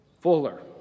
Fuller